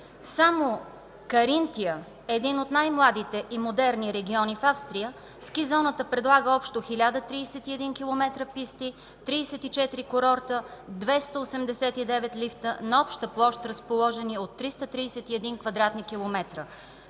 само в Каринтия, един от най-младите и модерни региони в Австрия, ски зоната предлага общо 1031 км писти, 34 курорта, 289 лифта на обща площ, разположени от 331 кв.